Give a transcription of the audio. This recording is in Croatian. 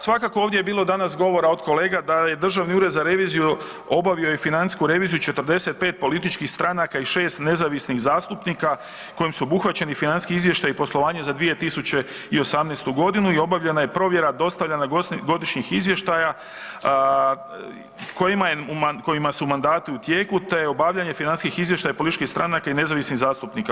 Svakako ovdje je bilo danas govora od kolega da je Državni ured za reviziju obavio i financijsku reviziju 45 političkih stranaka i 6 nezavisnih zastupnika kojim su obuhvaćeni financijski izvještaji i poslovanje za 2018. g. i obavljena je provjera, dostavljena godišnjih izvještaja kojima su mandati u tijeku te obavljanje financijskih izvještaja političkih stranaka i nezavisnih zastupnika.